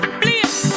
please